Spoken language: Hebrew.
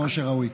כמו שראוי.